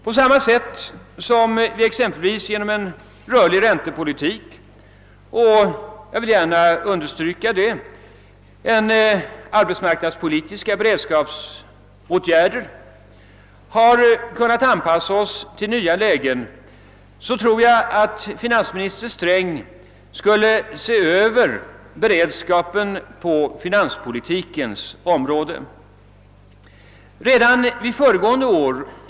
På samma sätt som vi exempelvis genom en rörlig räntepolitik och genom <arbetsmarknadspolitiska beredskapsåtgärder kunnat anpassa oss till nya lägen menar jag, att finansminister Sträng borde se över beredskapen på finanspolitikens område. Vi förde detta resonemang redan föregående år.